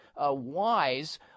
wise